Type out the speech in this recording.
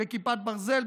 בכיפת ברזל,